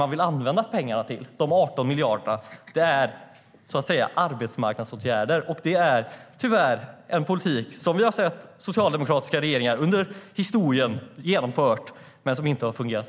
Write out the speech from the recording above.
Det som man vill använda de 18 miljarderna till är arbetsmarknadsåtgärder, och det är tyvärr en politik som socialdemokratiska regeringar under historien bedrivit och som inte har fungerat.